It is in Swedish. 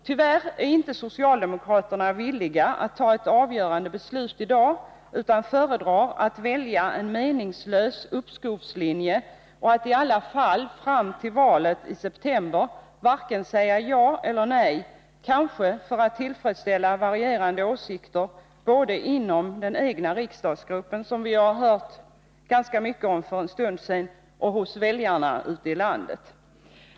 Tyvärr är inte socialdemokraterna villiga att ta ett avgörande beslut i dag, utan föredrar att välja en meningslös uppskovslinje och att i alla fall fram till valet i september varken säga ja eller nej, kanske för att tillfredsställa varierande åsikter både inom den egna riksdagsgruppen — som vi hörde ganska mycket om för en stund sedan — och hos väljarna ute i landet.